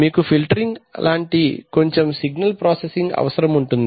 మీకు ఫిల్టరింగ్ లాంటి కొంచెం సిగ్నల్ ప్రాసెసింగ్ అవసరముంటుంది